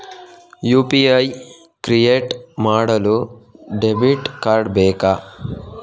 UPI create ಮಾಡಲು debit card ಬೇಕಾ?